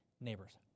neighbors